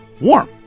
warm